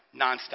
nonstop